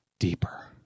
deeper